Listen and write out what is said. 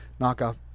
knockoff